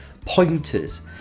pointers